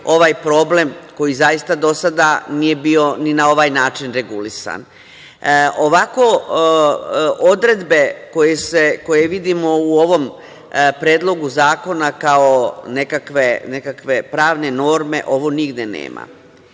ovaj problem koji zaista dosada nije bio ni na ovaj način regulisan. Odredbe koje vidimo u ovom Predlogu zakona kao nekakve pravne norme ovo nigde nema.